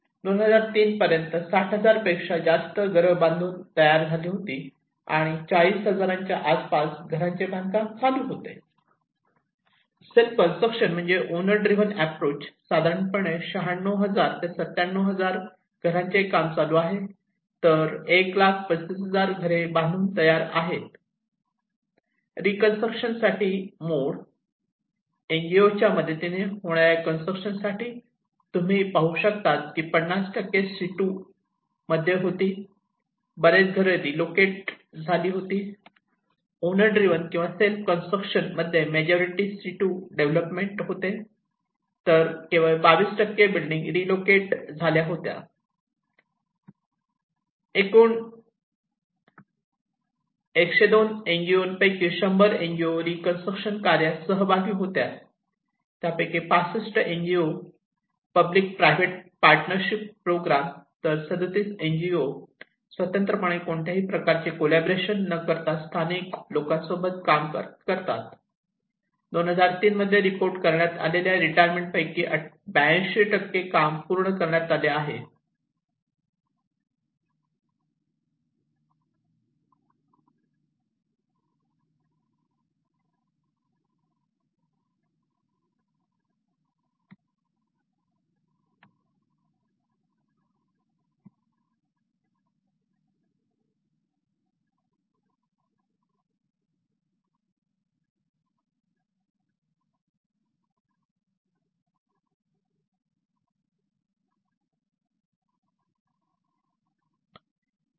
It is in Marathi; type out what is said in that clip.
2003 पर्यंत 6000 पेक्षा जास्त घरं बांधून पूर्ण झाली होती आणि चाळीस हजारांच्या आसपास घरांचे बांधकाम चालू होते